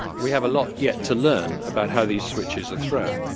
we have a lot yet to learn about how these switches are thrown,